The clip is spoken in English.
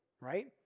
right